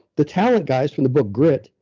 the talent guys from the book, grit,